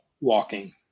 walking